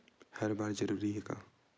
हर बार जरूरी हे का?